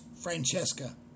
Francesca